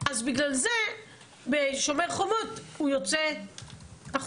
אז בגלל זה ב"שומר חומות" הוא יוצא החוצה,